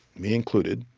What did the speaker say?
me included,